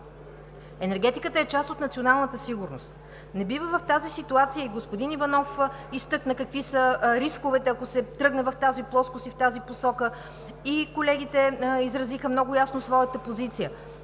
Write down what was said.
енергетиката е част от националната сигурност. Не бива в тази ситуация – и господин Иванов изтъкна какви са рисковете, ако се тръгне по тази плоскост и в тази посока, и колегите изразиха много ясно своята позиция